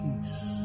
peace